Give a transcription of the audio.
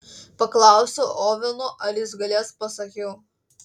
paklausiu oveno ar jis galės pasakiau